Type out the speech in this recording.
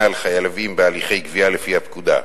על חייבים בהליכי גבייה לפי הפקודה.